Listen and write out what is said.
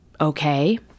okay